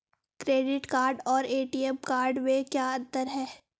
Credit card और ATM card में क्या अंतर है?